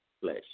flesh